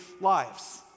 lives